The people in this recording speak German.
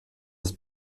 des